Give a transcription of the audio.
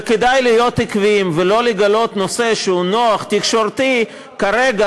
וכדאי להיות עקביים ולא לגלות נושא שהוא נוח תקשורתית כרגע